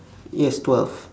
yes twelve